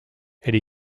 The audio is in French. elle